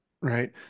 Right